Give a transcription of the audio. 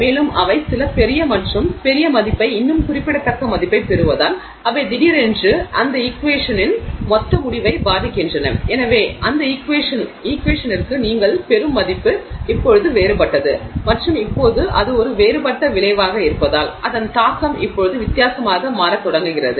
மேலும் அவை சில பெரிய மற்றும் பெரிய மதிப்பை இன்னும் குறிப்பிடத்தக்க மதிப்பைப் பெறுவதால் அவை திடீரென்று அந்த ஈக்வேஷனின் மொத்த முடிவை பாதிக்கின்றன எனவே அந்த ஈக்வேஷனிற்கு நீங்கள் பெறும் மதிப்பு இப்போது வேறுபட்டது மற்றும் இப்போது அது ஒரு வேறுபட்ட விளைவாக இருப்பதால் அதன் தாக்கம் இப்போது வித்தியாசமாக மாறத் தொடங்குகிறது